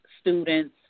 students